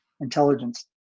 intelligence